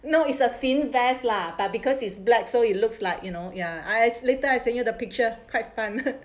no is a thin vest lah but because it's black so it looks like you know ya I later I send you the picture quite fun